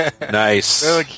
Nice